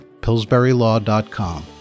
PillsburyLaw.com